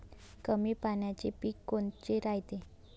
कमी पाण्याचे पीक कोनचे रायते?